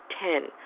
Ten